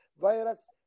virus